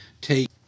take